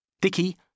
Dicky